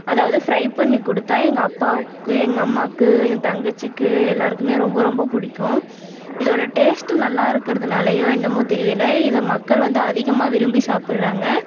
அதாவது ஃப்ரை பண்ணி கொடுத்தா எங்கள் அப்பாவுக்கு எங்கள் அம்மாவுக்கு என் தங்கச்சிக்கு எல்லாேருக்குமே ரொம்ப ரொம்ப பிடிக்கும் இதோடய டேஸ்ட்டு நல்லா இருக்கிறதுனாலையோ என்னமோ தெரியலை இதை மக்கள் வந்து அதிகமாக விரும்பி சாப்பிட்றாங்க